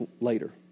later